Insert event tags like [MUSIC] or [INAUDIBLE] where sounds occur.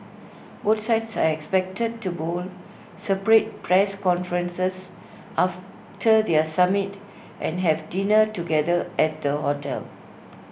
both sides are expected to hold separate press conferences after their summit and have dinner together at the hotel [NOISE]